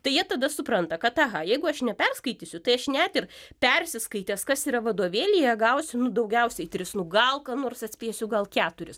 tai jie tada supranta kad aha jeigu aš neperskaitysiu tai aš net ir persiskaitęs kas yra vadovėlyje gausiu nu daugiausiai tris nu gal ką nors atspėsiu gal